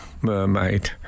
mermaid